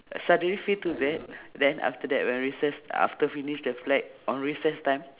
suddenly feel too bad then after that when recess after finish the flag on recess time